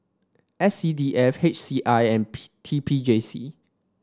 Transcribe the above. S C D F H C I and P T P J C